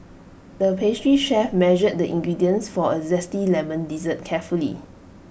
the pastry chef measured the ingredients for A Zesty Lemon Dessert carefully